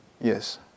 Yes